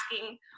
asking